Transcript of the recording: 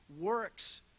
works